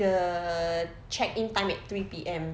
the check in time at three P_M